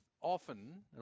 often